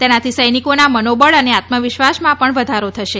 તેનાથી સૈનિકોના મનોબળ અને આત્મવિશ્વાસમાં પણ વધારો થશે